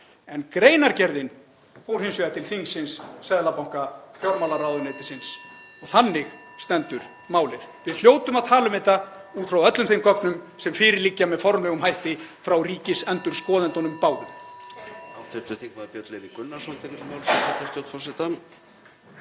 En greinargerðin fór hins vegar til þingsins, Seðlabanka, fjármálaráðuneytisins, og þannig stendur málið. (Forseti hringir.) Við hljótum að tala um þetta út frá öllum þeim gögnum sem fyrir liggja með formlegum hætti frá ríkisendurskoðendunum báðum.